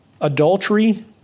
adultery